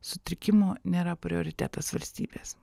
sutrikimu nėra prioritetas valstybės